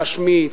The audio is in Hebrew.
להשמיץ,